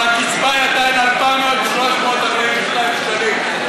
אבל הקצבה היא עדיין 2,342 שקלים,